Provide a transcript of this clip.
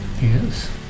Yes